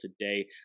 today